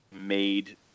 made